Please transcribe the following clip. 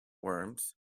worms